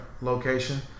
location